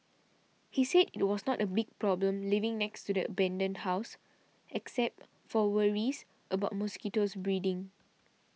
he said it was not a big problem living next to the abandoned house except for worries about mosquito breeding